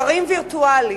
שרים וירטואליים.